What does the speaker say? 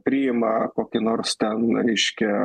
priima kokį nors ten reiškia